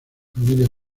familia